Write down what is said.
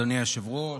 אדוני היושב-ראש,